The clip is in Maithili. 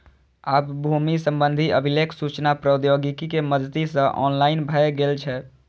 आब भूमि संबंधी अभिलेख सूचना प्रौद्योगिकी के मदति सं ऑनलाइन भए गेल छै